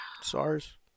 SARS